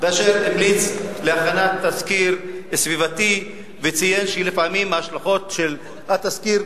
הכנת תסקיר סביבתי וציין שלפעמים בהשלכות של התסקיר,